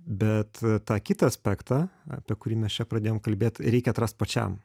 bet tą kitą aspektą apie kurį mes čia pradėjom kalbėt reikia atrast pačiam